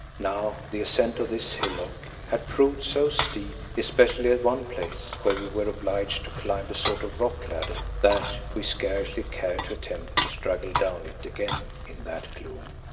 now the ascent of this hillock had proved so steep, especially at one place, where we were obliged to climb a sort of rock ladder, that we scarcely cared to attempt to struggle down it again in that gloom.